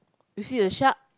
you see the shark